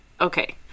okay